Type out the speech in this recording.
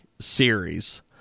series